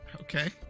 Okay